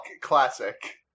classic